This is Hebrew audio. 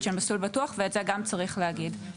של ׳מסלול בטוח׳ ואת זה גם צריך להגיד.